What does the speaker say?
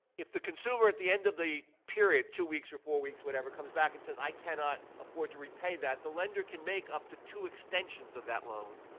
if the consumer, at the end of the period two weeks or four weeks, whatever comes back and says, i cannot afford to repay that, the lender can make up to two extensions of that loan,